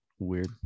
weird